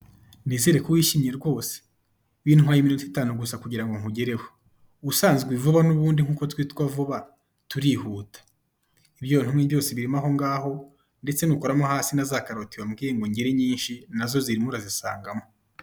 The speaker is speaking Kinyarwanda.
Nizere ko wishimye rwose, bintwaye iminota itanu gusa kugira ngo nkugereho, ubusanzwe vuba n'ubundi nkuko twitwa vuba turihuta, ibyo wantumye byose birimo aho ngaho ndetse nukoramo hasi naza karoti bambwi ngo ngire nyinshi nazo ziririmo urazisangamo.